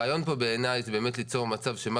הרעיון פה בעיניי זה באמת ליצור מצב של מה